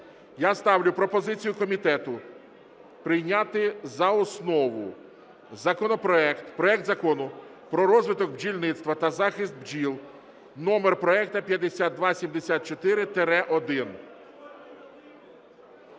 я ставлю пропозицію комітету прийняти за основу законопроект, проект Закону про розвиток бджільництва та захист бджіл (номер проекту 5274-1).